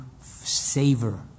savor